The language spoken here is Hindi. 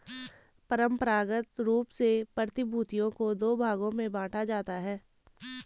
परंपरागत रूप से प्रतिभूतियों को दो भागों में बांटा जाता है